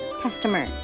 customer